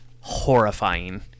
horrifying